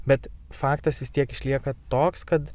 bet faktas vis tiek išlieka toks kad